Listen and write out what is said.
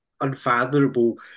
unfathomable